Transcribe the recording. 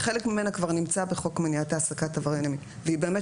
חלק ממנה כבר נמצא בחוק מניעת העסקת עברייני מין והיא באמת